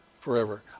forever